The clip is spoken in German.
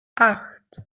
acht